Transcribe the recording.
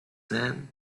sand